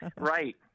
Right